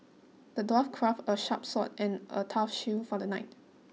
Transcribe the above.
the dwarf crafted a sharp sword and a tough shield for the knight